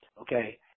okay